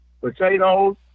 potatoes